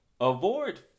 Avoid